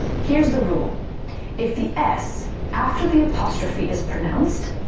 here's the rule if the s after the apostrophe is pronounced,